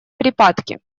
припадки